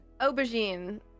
aubergine